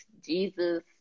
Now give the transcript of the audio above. Jesus